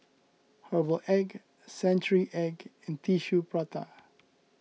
Herbal Egg Century Egg and Tissue Prata